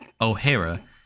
o'hara